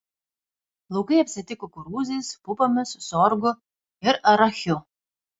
laukai apsėti kukurūzais pupomis sorgu ir arachiu